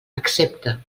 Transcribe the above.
accepta